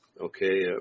Okay